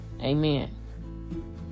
amen